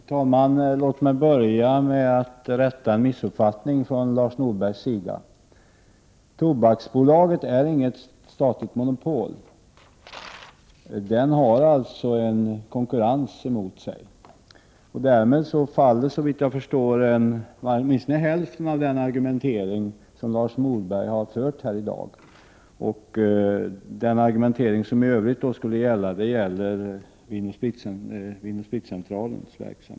Herr talman! Låt mig börja med att rätta en missuppfattning från Lars Norbergs sida: Tobaksbolaget är inget statligt monopol. Det har alltså konkurrens emot sig. Därmed faller såvitt jag förstår åtminstone hälften av den argumentering som Lars Norberg har fört här i dag. Hans argumentering skulle då gälla bara Vin & Spritcentralens verksamhet.